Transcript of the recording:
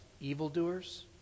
evildoers